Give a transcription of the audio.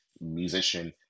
musician